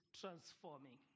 transforming